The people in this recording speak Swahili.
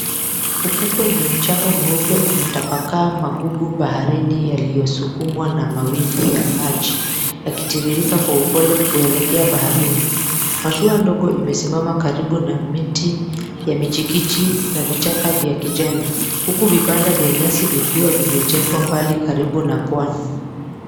Ufukwe wenye mchanga mweupe umetapakaa magugu baharini yaliyosukumwa na mawimbi ya maji, yakitiririka kwa upole kuelekea baharini. Mashua ndogo imesimama karibu na miti ya michikichi na vichaka vya kijani huku vibanda vya nyasi vikiwa vimejengwa mbali karibu na pwani.